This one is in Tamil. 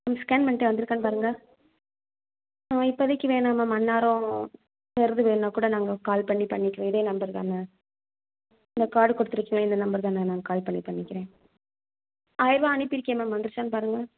ம் ஸ்கேன் பண்ணிவிட்டேன் வந்துருக்கான்னு பாருங்கள் ஆ இப்பதிக்கு வேணாம் மேம் அந்தநேரம் வேறு எதுவும் வேணுன்னா கூட நாங்கள் கால் பண்ணி பண்ணிக்கிறோம் இதே நம்பர் தானே இந்த கார்ட் கொடுத்துருக்கீங்கல்ல இந்த நம்பர் தானே நான் கால் பண்ணி பண்ணிக்கிறேன் ஆயிர்ரூவா அனுப்பிருக்கேன் மேம் வந்துருச்சான்னு பாருங்கள்